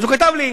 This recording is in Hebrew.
אז הוא כתב לי,